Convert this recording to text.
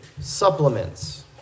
supplements